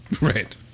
Right